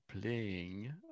playing